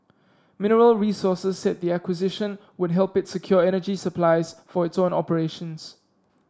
Mineral Resources said the acquisition would help it secure energy supplies for its own operations